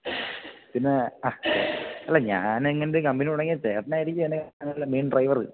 പിന്നെ അല്ല ഞാനങ്ങനെയൊരു കമ്പനി തുടങ്ങിയാല് ചേട്ടനായിരിക്കും അതിന്റെ മെയിൻ ഡ്രൈവര്